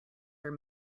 are